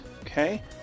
Okay